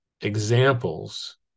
examples